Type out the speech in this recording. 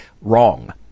wrong